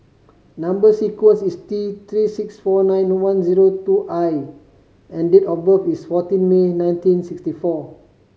number sequence is T Three six four nine one zero two I and date of birth is fourteen May nineteen sixty four